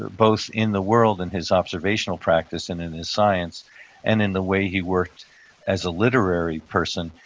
ah both in the world and his observational practice and in his science and in the way he worked as a literary person,